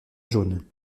jaunes